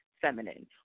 feminine